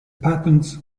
patterns